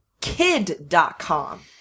Kid.com